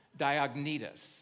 Diognetus